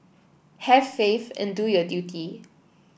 have faith and do your duty